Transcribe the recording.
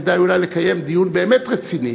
כדאי אולי לקיים דיון באמת רציני.